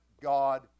God